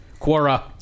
Quora